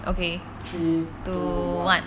three two one